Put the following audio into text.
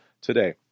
today